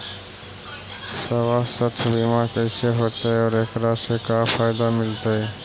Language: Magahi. सवासथ बिमा कैसे होतै, और एकरा से का फायदा मिलतै?